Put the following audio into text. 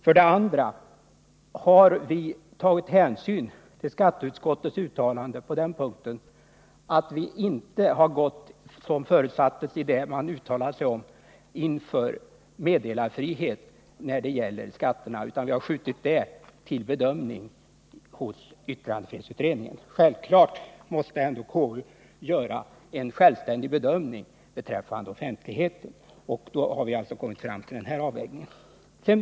För det andra har vi inte, som förutsattes i skatteutskottets yttrande, uttalat oss för meddelarfrihet i skatteärenden utan hänskjutit den frågan till bedömning av yttrandefrihetsutredningen. Konstitutjonsutskottet måste självfallet göra en självständig bedömning av offentlighetskravet, och vi har vid vår avvägning kommit fram till det nämnda ställningstagandet.